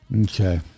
okay